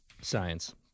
Science